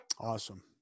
Awesome